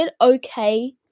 okay